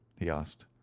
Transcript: he asked.